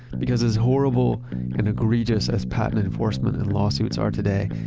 because as horrible and egregious as patent-enforcement and lawsuits are today,